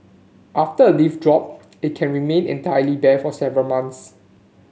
after a leaf drop it can remain entirely bare for several months